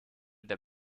der